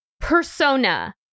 persona